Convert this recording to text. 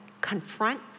confront